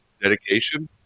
dedication